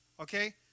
Okay